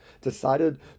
decided